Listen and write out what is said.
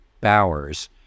Bowers